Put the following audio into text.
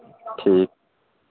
ठीक